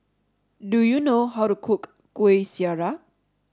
do you know how to cook Kuih Syara